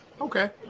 Okay